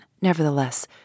nevertheless